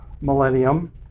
millennium